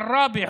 עראבה,